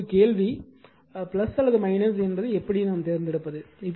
இப்போது கேள்வி அல்லது எப்படி எடுப்பது